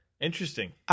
Interesting